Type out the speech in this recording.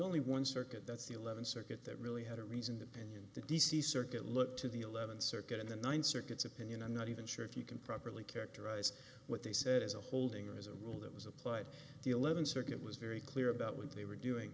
only one circuit that's the eleventh circuit that really had a reason and the d c circuit looked to the eleventh circuit and the ninth circuit's opinion i'm not even sure if you can properly characterize what they said as a holding or as a rule that was applied the eleventh circuit was very clear about what they were doing